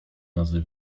nazy